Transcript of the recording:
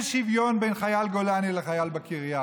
שוויון בין חייל גולני לחייל בקריה,